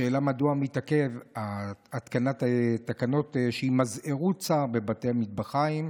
לשאלה מדוע מתעכבת התקנת התקנות שימזערו צער בבתי מטבחיים,